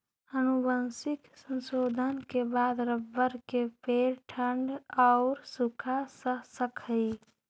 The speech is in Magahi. आनुवंशिक संशोधन के बाद रबर के पेड़ ठण्ढ औउर सूखा सह सकऽ हई